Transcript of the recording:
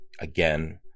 again